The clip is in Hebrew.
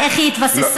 על איך היא התבססה.